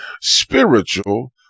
spiritual